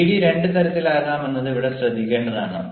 GD രണ്ട് തരത്തിലാകാമെന്നത് ഇവിടെ ശ്രദ്ധിക്കേണ്ടതാണ്